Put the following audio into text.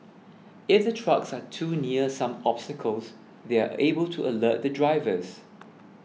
if the trucks are too near some obstacles they are able to alert the drivers